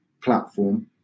platform